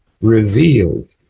revealed